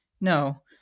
no